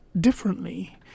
Differently